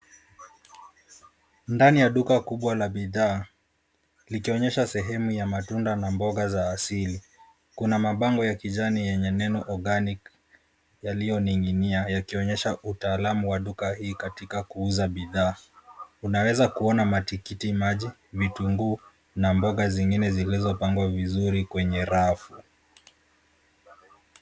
Ndani ya duka kubwa la bidhaa, likionyesha sehemu ya matunda na mboga za asili, kuna mabango ya kijani yenye neno organic yaliyoningi’nia, yakionyesha utalamu wa duka hii katika kuuza bidhaa. Unaweza kuona matikiti maji, vitunguu, na mboga zingine zilizopangwa vizuri kwenye rafu.